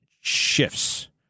shifts